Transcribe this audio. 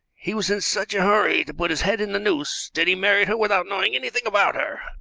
he was in such a hurry to put his head in the noose that he married her without knowing anything about her.